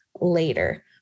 later